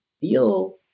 feel